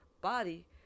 body